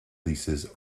leases